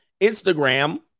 Instagram